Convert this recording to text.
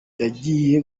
yagiye